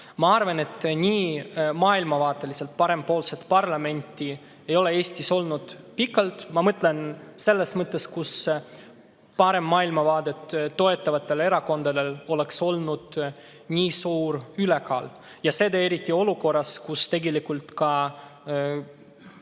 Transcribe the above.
Ma arvan, et nii maailmavaateliselt parempoolset parlamenti ei ole Eestis olnud pikalt – ma mõtlen selles mõttes, et [pole ammu olnud olukorda,] kus parempoolset maailmavaadet toetavatel erakondadel oleks olnud nii suur ülekaal. Ja seda eriti olukorras, kus tegelikult ka